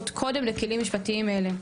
עוד קודם לכלים משפטיים אלה.